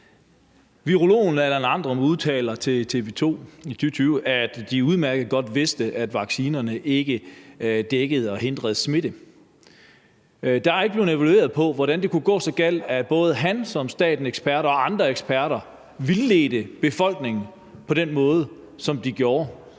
Virologen Allan Randrup Thomsen udtalte til TV 2 i 2020, at de udmærket godt vidste, at vaccinerne ikke dækkede og hindrede smitte. Der er ikke blevet evalueret på, hvordan det kunne gå så galt, at både han som statens ekspert og andre eksperter vildledte befolkningen på den måde, som de gjorde.